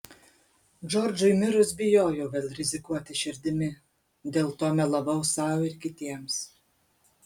džordžui mirus bijojau vėl rizikuoti širdimi dėl to melavau sau ir kitiems